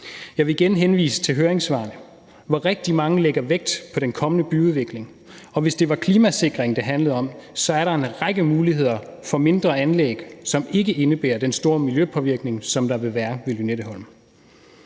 Jeg vil igen henvise til høringssvarene, hvor rigtig mange lægger vægt på den kommende byudvikling. Og hvis det var klimasikring, det handlede om, så er der en række muligheder for mindre anlæg, som ikke indebærer den store miljøpåvirkning, som der vil være ved Lynetteholm.